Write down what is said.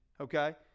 okay